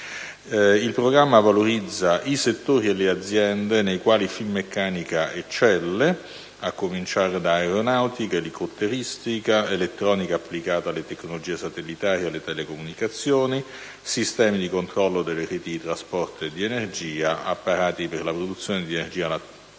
Il programma valorizza i settori e le aziende nei quali Finmeccanica eccelle, a cominciare da aeronautica, elicotteristica, elettronica applicata alle tecnologie satellitari e alle telecomunicazioni, sistemi di controllo delle reti di trasporto e di energia, apparati per la produzione di energia elettrica